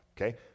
Okay